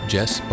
Jess